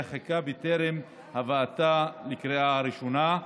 חקיקה בטרם הבאתה לקריאה הראשונה.